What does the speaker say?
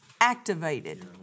activated